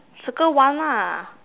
circle one lah